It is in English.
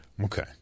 Okay